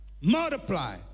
Multiply